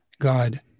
God